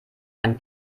einen